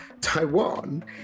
Taiwan